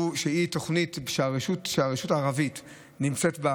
שהיא תוכנית שהרשות הערבית נמצאת בה